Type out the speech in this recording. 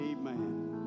Amen